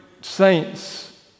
saints